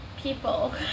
people